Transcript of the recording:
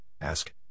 ask